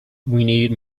need